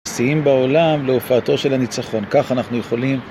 מסיעים בעולם להופעתו של הניצחון, כך אנחנו יכולים.